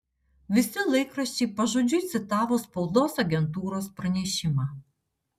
visi laikraščiai pažodžiui citavo spaudos agentūros pranešimą